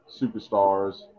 superstars